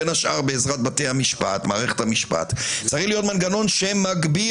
בעזרת בתי המשפט צריך להיות מנגנון שמגביל